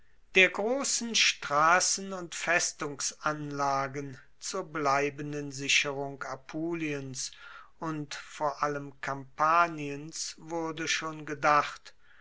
der grossen strassen und festungsanlagen zur bleibenden sicherung apuliens und vor allem kampaniens wurde schon gedacht